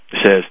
says